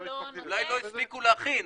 לא הספקתי --- אולי לא הספיקו להכין,